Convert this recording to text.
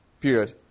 period